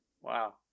wow